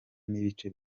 n’ibice